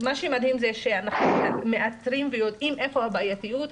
שמדהים זה שאנחנו מאתרים ויודעים איפה הבעייתיות,